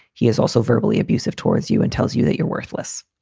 he is also verbally abusive towards you and tells you that you're worthless